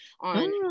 on